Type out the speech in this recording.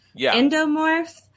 endomorph